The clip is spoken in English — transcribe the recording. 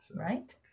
Right